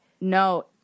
No